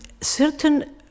certain